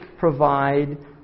Provide